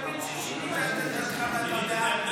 אני מבין ששינית את עמדתך, ואתה בעד.